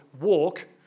walk